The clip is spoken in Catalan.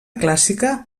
clàssica